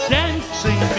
dancing